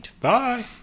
Bye